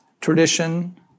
tradition